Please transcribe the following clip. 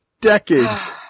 decades